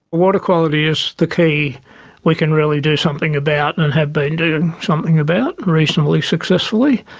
water quality is the key we can really do something about, and have been doing something about reasonably successfully.